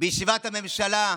בישיבת הממשלה,